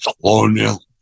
colonial